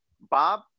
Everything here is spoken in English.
Bob